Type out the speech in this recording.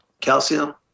calcium